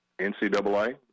NCAA